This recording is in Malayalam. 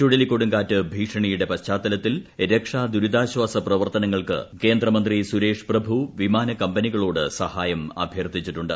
ചുഴലിക്കൊടുങ്കാറ്റ് ഭീഷണിയുടെ പശ്ചാത്തലത്തിൽ രക്ഷാ ദുരിതാശ്ചാസ പ്രവർത്തനങ്ങൾക്ക് കേന്ദ്രമന്ത്രി സുരേഷ് പ്രഭു വിമാനകമ്പനികളോട് സഹായം അഭ്യർത്ഥിച്ചിട്ടുണ്ട്